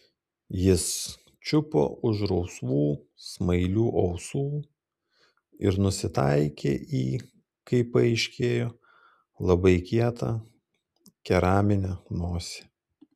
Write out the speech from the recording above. jis čiupo už rausvų smailių ausų ir nusitaikė į kaip paaiškėjo labai kietą keraminę nosį